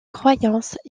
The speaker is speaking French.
croyances